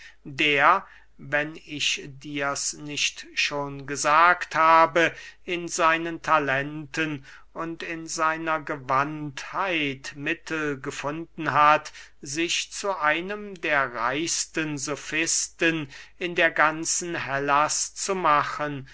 der wenn ich dirs nicht schon gesagt habe in seinen talenten und in seiner gewandtheit mittel gefunden hat sich zu einem der reichsten sofisten in der ganzen hellas zu machen